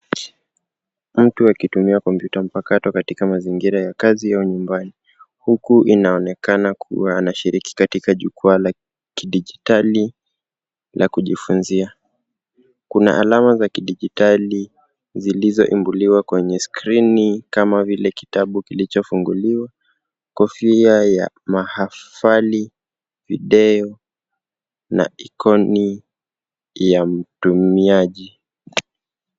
Mtu akitumia kompyuta mpakato katika mazingira ya kazi au nyumbani huku inaonekana kuwa anashiriki katika jukwaa la kidijitali la kujifunzia. Kuna alama za kidijitali zilizoumbuliwa kwenye skrini kama vile kitabu kilichofunguliwa, kofia ya mahafali, video na ikono ya mtumiaji.